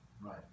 right